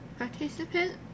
Participant